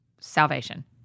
salvation